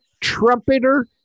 trumpeter